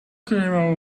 came